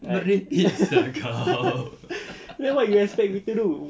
merepek sia kau